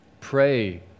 pray